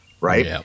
right